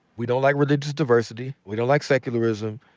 we don't like religious diversity, we don't like secularism,